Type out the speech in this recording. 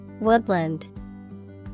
Woodland